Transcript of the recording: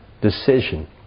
decision